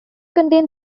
contain